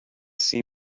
see